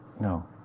No